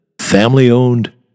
family-owned